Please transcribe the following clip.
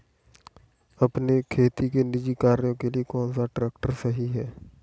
अपने खेती के निजी कार्यों के लिए कौन सा ट्रैक्टर सही है?